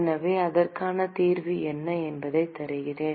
எனவே அதற்கான தீர்வு என்ன என்பதைத் தருகிறேன்